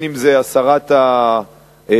בין שזה הסרת המחסומים,